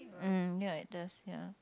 mm like this ya